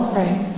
right